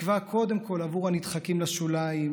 תקווה קודם כול עבור הנדחקים לשוליים,